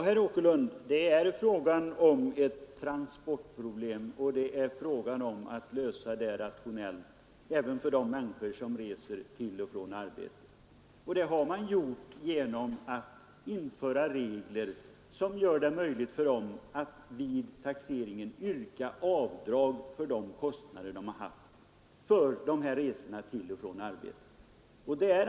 Herr talman! Ja, herr Åkerlind, det är här fråga om att lösa ett transportproblem rationellt även för de människor som reser till och från arbetet. Det har man gjort genom att ge dem möjlighet att vid taxeringen yrka avdrag för de kostnader de haft för resor till och från arbetet.